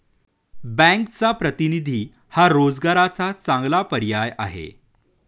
बँकचा प्रतिनिधी हा रोजगाराचा चांगला पर्याय आहे